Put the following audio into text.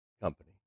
company